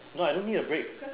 no I don't need a break